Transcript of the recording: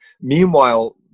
meanwhile